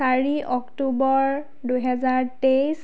চাৰি অক্টোবৰ দুহেজাৰ তেইছ